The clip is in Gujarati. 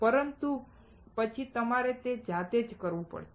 પરંતુ પછી તમારે તે જાતે જ કરવું પડશે